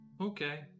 Okay